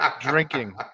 drinking